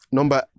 Number